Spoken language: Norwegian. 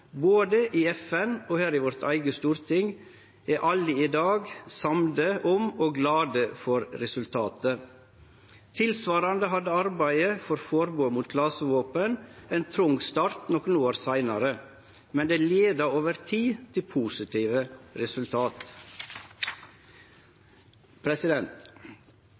både i FN og her i vårt eige storting, er vel alle i dag samde om og glade for resultatet. Tilsvarande hadde arbeidet for forbod mot klasevåpen ein trong start nokre år seinare, men det leia over tid til positive resultat.